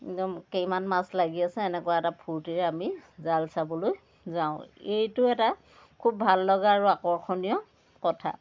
একদম কিমান মাছ লাগি আছে এনেকুৱা এটা ফূৰ্তিৰে আমি জাল চাবলৈ যাওঁ এইটো এটা খুব ভাল লগা আৰু আকৰ্ষণীয় কথা